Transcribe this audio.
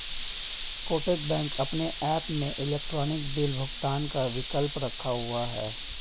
Kotak bank अपने app में electronic bill भुगतान का विकल्प रखा हुआ है